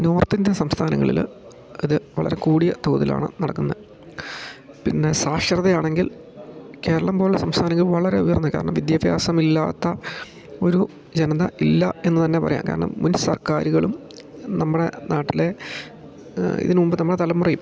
north India സംസ്ഥാനങ്ങളിൽ ഇത് വളരെ കൂടിയ തോതിലാണ് നടക്കുന്നത് പിന്നെ സാക്ഷരത ആണെങ്കിൽ കേരളം പോലെയുള്ള സംസ്ഥാനങ്ങൾ വളരെ ഉയർന്നു കാരണം വിദ്യാഭ്യാസം ഇല്ലാത്ത ഒരു ജനത ഇല്ല എന്നു തന്നെ പറയാം കാരണം മുൻ സർക്കാരുകളും നമ്മുടെ നാട്ടിലെ ഇതിന് മുമ്പ് നമ്മുടെ തലമുറയിൽ